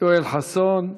יואל חסון.